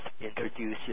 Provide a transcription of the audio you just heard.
introduce